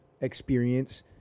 experience